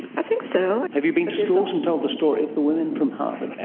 i think so. have you been to schools and told the story of the women from harvard?